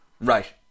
Right